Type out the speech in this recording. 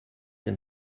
dem